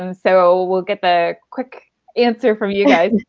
um so we'll get the quick answer from you guys.